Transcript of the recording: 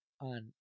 on